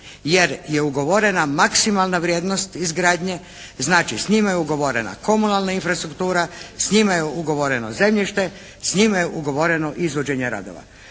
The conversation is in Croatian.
jer je ugovorena maksimalna vrijednost izgradnje. Znači s njima je ugovorena komunalna infrasturktura. S njima je ugovoreno zemljište. S njima je ugovoreno izvođenje radova.